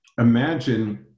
Imagine